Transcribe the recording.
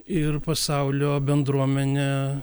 ir pasaulio bendruomene